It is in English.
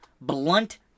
blunt